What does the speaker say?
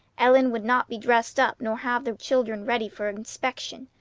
ellen would not be dressed up nor have the children ready for inspection,